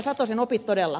satosen opit todella